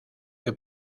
que